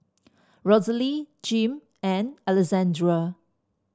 Rosalie Jim and Alessandra